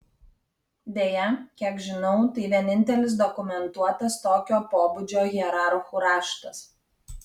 deja kiek žinau tai vienintelis dokumentuotas tokio pobūdžio hierarchų raštas